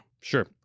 Sure